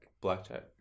Blackjack